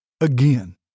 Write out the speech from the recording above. Again